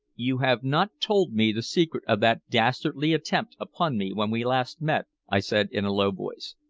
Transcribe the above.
you have not told me the secret of that dastardly attempt upon me when we last met, i said in a low voice.